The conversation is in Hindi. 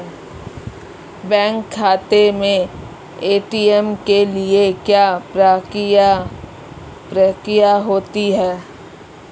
बैंक खाते में ए.टी.एम के लिए क्या प्रक्रिया होती है?